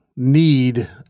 Need